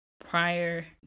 prior